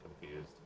confused